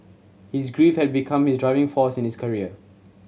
his grief had become his driving force in his career